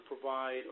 provide